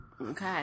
Okay